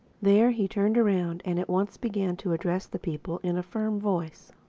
there he turned around and at once began to address the people in a firm voice.